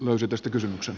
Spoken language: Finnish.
olkaa hyvä